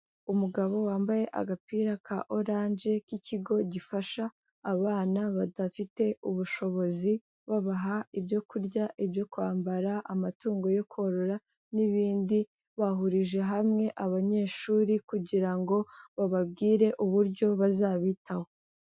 Umugabo wambaye agapira ka oranje k'ikigo gifasha abana badafite ubushobozi, babaha ibyo kurya, ibyo kwambara, amatungo yo korora n'ibindi, bahurije hamwe abanyeshuri kugira ngo bababwire uburyo bazabitaho.